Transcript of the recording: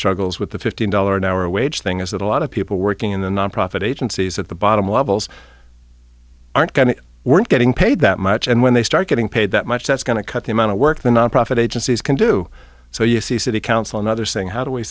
struggles with the fifteen dollars an hour wage thing is that a lot of people working in the nonprofit agencies at the bottom levels aren't going to weren't getting paid that much and when they start getting paid that much that's going to cut the amount of work the nonprofit agencies can do so you see city council another saying how do we